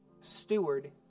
steward